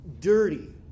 dirty